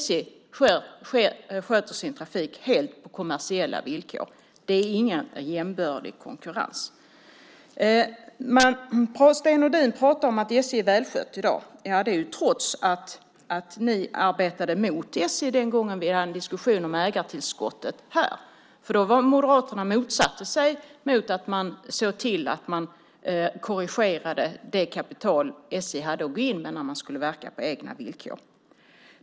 SJ sköter sin trafik helt på kommersiella villkor. Det är ingen jämbördig konkurrens. Sten Nordin pratade om att SJ är välskött. Ja, det är det trots att Moderaterna arbetade mot SJ den gången vi hade en diskussion om ägartillskottet här. Då motsatte sig Moderaterna att man skulle gå in och korrigera det kapital SJ hade för att SJ skulle kunna verka på egna villkor.